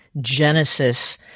Genesis